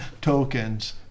tokens